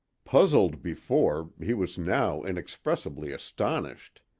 puzzled before, he was now inexpressibly astonished.